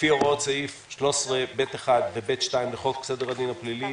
לפי הוראות סעיף 13(ב1) ו-(ב2) לחוק סדר הדין הפלילי